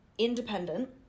independent